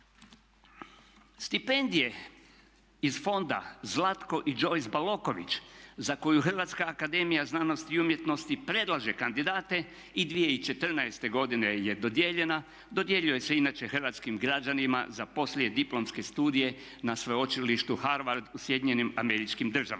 Stipendije iz Fonda Zlatko i Joyce Baloković za koju Hrvatska akademija znanosti i umjetnosti predlože kandidate i 2014.godine je dodijeljena dodjeljuje se inače hrvatskim građanima za poslijediplomske studije na Sveučilište Harvard u SAD-u. To je za